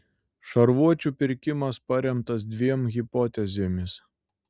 šarvuočių pirkimas paremtas dviem hipotezėmis